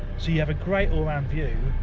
so you have a great all-around view,